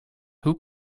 who